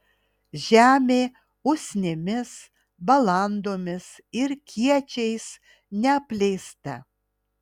žemė usnimis balandomis ir kiečiais neapleista